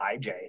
IJ